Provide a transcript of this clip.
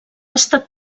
estat